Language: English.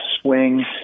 swing